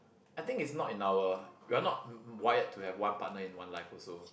I think it's not in our we're not wired to have one partner in one life also